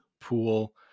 pool